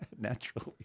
Naturally